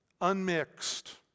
unmixed